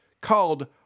called